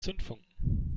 zündfunken